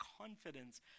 confidence